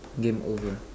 game over